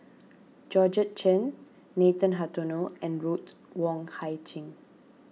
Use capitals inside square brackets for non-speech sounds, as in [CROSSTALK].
Georgette Chen Nathan Hartono and Ruth Wong Hie [UNINTELLIGIBLE]